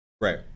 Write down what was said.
Right